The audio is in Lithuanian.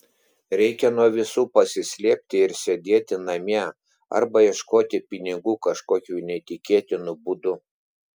reikia nuo visų pasislėpti ir sėdėti namie arba ieškoti pinigų kažkokiu neįtikėtinu būdu